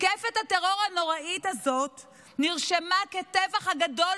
מתקפת הטרור הנוראית הזאת נרשמה כטבח הגדול